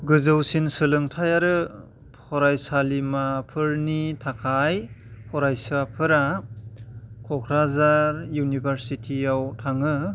गोजौसिन सोलोंथाइ आरो फरायसालिमाफोरनि थाखाय फरायसाफोरा क'क्राझार इउनिभारसिटिआव थाङो